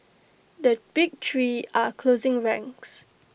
the big three are closing ranks